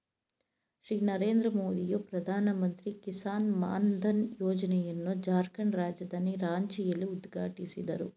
ಶ್ರೀ ನರೇಂದ್ರ ಮೋದಿಯು ಪ್ರಧಾನಮಂತ್ರಿ ಕಿಸಾನ್ ಮಾನ್ ಧನ್ ಯೋಜನೆಯನ್ನು ಜಾರ್ಖಂಡ್ ರಾಜಧಾನಿ ರಾಂಚಿಯಲ್ಲಿ ಉದ್ಘಾಟಿಸಿದರು